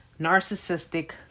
narcissistic